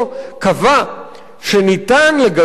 קבע שניתן לגרש,